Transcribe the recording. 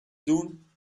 dune